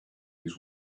his